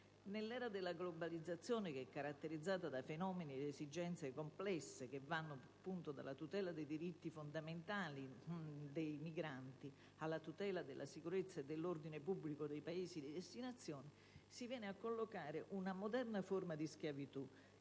Nell'era del globalizzazione, caratterizzata da fenomeni ed esigenze complesse, che vanno dalla tutela dei diritti fondamentali dei migranti alla tutela della sicurezza e dell'ordine pubblico dei Paesi di destinazione, si viene a collocare una moderna forma di schiavitù,